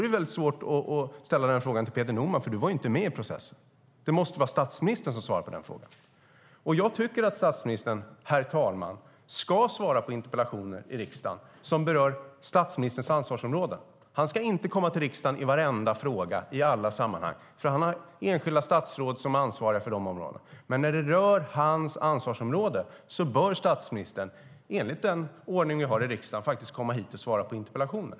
Det är svårt att ställa frågan till dig, Peter Norman, för du var ju inte med i processen. Det måste vara statsministern som svarar på den frågan. Jag tycker att statsministern, herr talman, ska svara på interpellationer i riksdagen som berör statsministerns ansvarsområden. Han ska inte komma till riksdagen i varenda fråga och i vartenda sammanhang, för han har enskilda statsråd som är ansvariga för olika områden, men när det rör hans ansvarsområde bör statsministern enligt den ordning vi har i riksdagen faktiskt komma hit och svara på interpellationer.